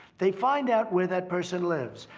they find out where that person lives,